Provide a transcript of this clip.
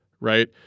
right